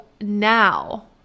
now